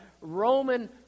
Roman